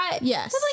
Yes